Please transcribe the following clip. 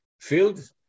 field